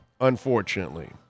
unfortunately